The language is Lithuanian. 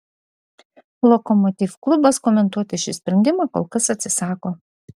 lokomotiv klubas komentuoti šį sprendimą kol kas atsisako